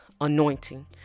anointing